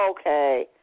okay